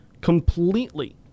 completely